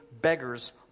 beggars